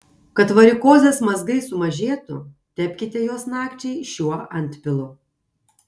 kad varikozės mazgai sumažėtų tepkite juos nakčiai šiuo antpilu